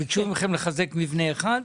ביקשו מכם לחזק מבנה אחד?